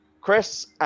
Chris